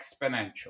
Exponential